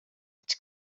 its